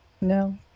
No